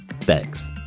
Thanks